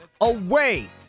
away